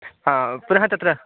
हा पुनः तत्र